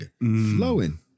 Flowing